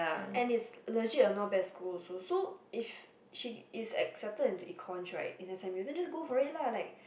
and it's legit a not bad school also so if she accepted for econs right in s_m_u then just go for it lah like